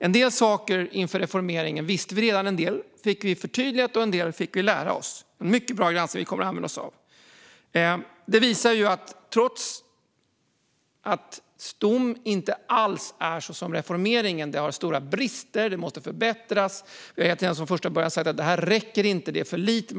En del saker inför reformeringen visste vi redan, annat fick vi förtydligat och ytterligare annat fick vi lära oss. Det är en mycket bra granskning som vi kommer att använda oss av. Stom har stora brister och måste förbättras, och jag har sagt från första början att det inte räcker och är för lite.